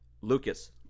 Lucas –